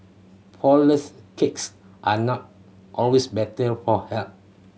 flourless cakes are not always better for health